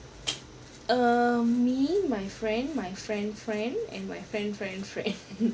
um me my friend my friend friend and my friend friend friend